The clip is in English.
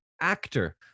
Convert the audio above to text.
actor